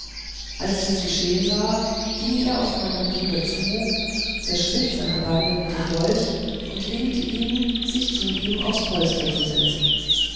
als dies geschehen war ging er auf meinen bruder zu zerschnitt seine bande mit dem dolch und winkte ihm sich zu ihm aufs polster zu setzen